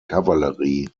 kavallerie